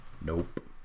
Nope